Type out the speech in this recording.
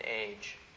age